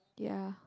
ya